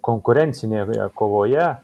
konkurencinėje kovoje